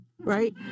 right